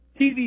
TV